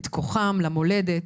את כוחם למולדת,